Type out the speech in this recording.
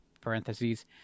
parentheses